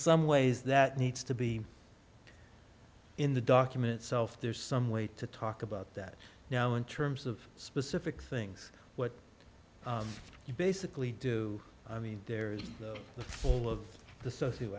some ways that needs to be in the documents self there's some way to talk about that now in terms of specific things what you basically do i mean there's all of the socio